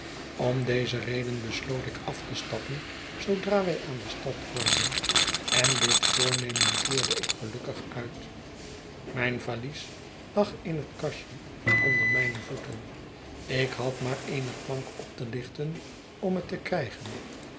om deze reden besloot ik af te stappen zoodra wij aan de stad kwamen en dit voornemen voerde ik gelukkig uit mijn valies lag in het kastje onder mijne voeten ik had maar eene plank op te lichten om het te krijgen